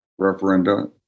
referenda